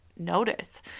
notice